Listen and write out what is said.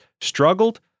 struggled